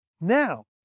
now